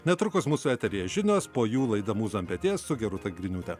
netrukus mūsų eteryje žinios po jų laidą mūza ant peties su gerūta griniūte